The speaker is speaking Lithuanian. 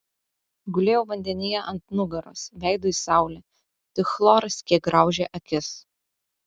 gulėjau vandenyje ant nugaros veidu į saulę tik chloras kiek graužė akis